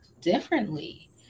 differently